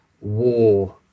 war